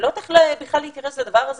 אני לא יודעת איך להתייחס לדבר הזה.